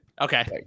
Okay